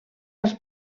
als